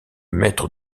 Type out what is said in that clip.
maître